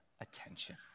attention